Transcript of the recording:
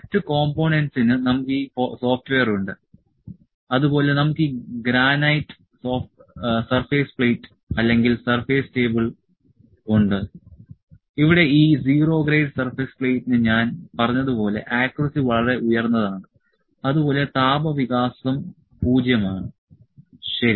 മറ്റ് കോംപോണേന്റ്സിന് നമുക്ക് ഈ സോഫ്റ്റ്വെയർ ഉണ്ട് അതുപോലെ നമുക്ക് ഈ ഗ്രാനൈറ്റ് സർഫേസ് പ്ലേറ്റ് അല്ലെങ്കിൽ സർഫേസ് ടേബിൾ ഉണ്ട് ഇവിടെ ഈ 0 ഗ്രേഡ് സർഫേസ് പ്ലേറ്റിനു ഞാൻ പറഞ്ഞതുപോലെ ആക്ക്യൂറസി വളരെ ഉയർന്നതാണ് അതുപോലെ താപ വികാസം 0 ആണ് ശരി